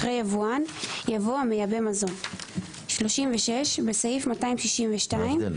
אחרי "יבואן" יבוא "המייבא מזון"; בסעיף 262 - מה ההבדל?